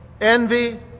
envy